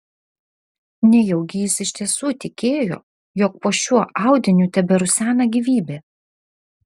nejaugi jis iš tiesų tikėjo jog po šiuo audiniu teberusena gyvybė